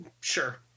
Sure